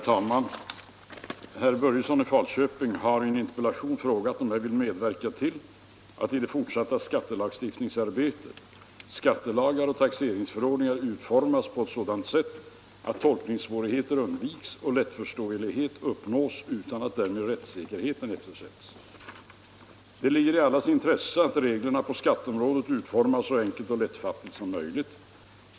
Herr talman! Herr Börjesson i Falköping har i en interpellation frågat om jag vill medverka till att, i det fortsatta skattelagstiftningsarbetet, skattelagar och taxeringsförordningar utformas på ett sådant sätt att tolkningssvårigheter undviks och lättförståelighet uppnås utan att därmed rättssäkerheten eftersätts. Det ligger i allas intresse att reglerna på skatteområdet utformas så enkelt och lättfattligt som möjligt.